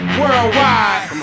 worldwide